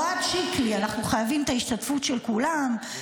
אוהד שיקלי: אנחנו חייבים את ההשתתפות של כולם,